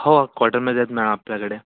हो कॉटनमध्ये आहेत मॅम आपल्याकडे